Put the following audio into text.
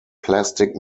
plastic